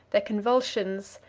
their convulsions,